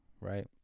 right